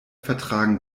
vertragen